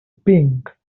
pink